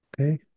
Okay